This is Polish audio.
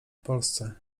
polsce